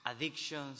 addictions